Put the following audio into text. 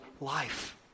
life